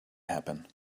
happen